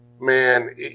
man –